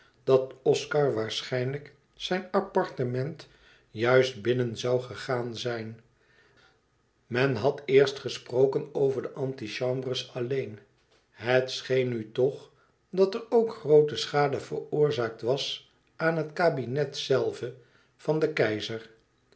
dat oscar waarschijnlijk zijn appartement juist binnen zoû gegaan zijn men had eerst gesproken over de antichambres alleen het scheen nu toch dat er ook groote schade veroorzaakt was aan het kabinet zelve van den keizer